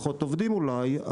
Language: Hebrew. פחות עובדים אולי,